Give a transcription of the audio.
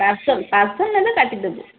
parcel parcel ନେଲେ କାଟିଦେବୁ